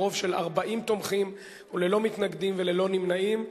ברוב של 40 תומכים וללא מתנגדים וללא נמנעים.